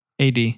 AD